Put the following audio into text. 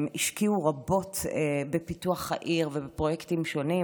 הם השקיעו רבות בפיתוח העיר ובפרויקטים שונים,